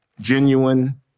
genuine